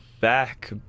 back